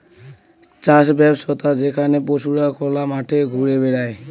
চাষ ব্যবছ্থা যেখানে পশুরা খোলা মাঠে ঘুরে বেড়ায়